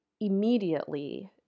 immediately